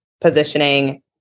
positioning